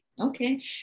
Okay